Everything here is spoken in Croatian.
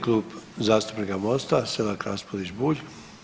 Klub zastupnika Mosta Selak Raspudić-Bulj.